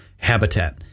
habitat